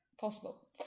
possible